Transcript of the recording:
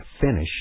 finish